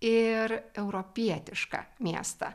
ir europietišką miestą